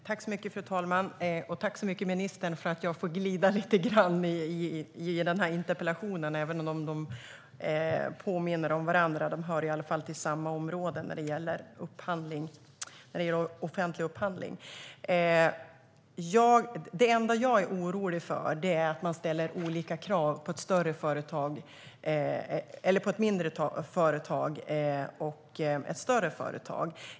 Fru talman! Tack, så mycket ministern, för att jag får glida in lite grann i den här interpellationsdebatten, även om interpellationerna påminner om varandra. De hör i alla fall till samma område när det gäller offentlig upphandling. Det enda som jag är orolig för är att man ställer olika krav på ett mindre företag och ett större företag.